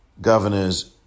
Governors